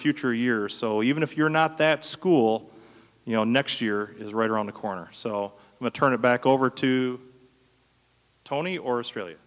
future years so even if you're not that school you know next year is right around the corner so maternal back over to tony or